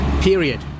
period